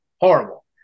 horrible